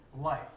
life